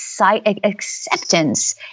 acceptance